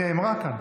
היא נאמרה כאן.